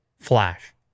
Flash